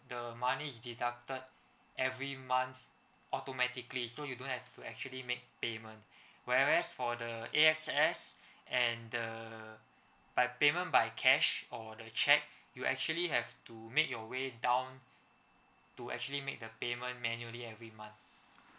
the money is deducted every month automatically so you don't have to actually make payment whereas for the A_X_S and the by payment by cash or the cheque you actually have to make your way down to actually make the payment manually every month